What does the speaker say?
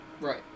Right